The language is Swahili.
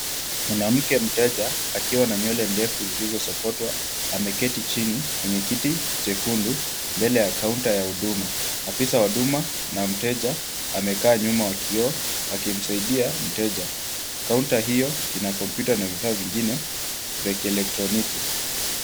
Mwanamke mteja akiwa na nywele ndefu zilizosokotwa ameketi chini kwenye kiti chekundu mbele ya kaunta ya huduma. Afisa wa huduma na mteja amekaa nyuma wa kioo akimsaidia mteja. Kaunta hiyo ina kompyuta na vifaa vingine vya kielektroniki.